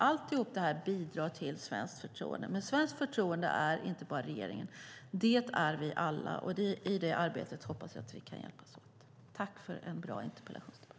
Allt det här bidrar till svenskt förtroende, men svenskt förtroende är inte bara regeringen - det är vi alla. I det arbetet hoppas jag att vi kan hjälpas åt. Tack för en bra interpellationsdebatt!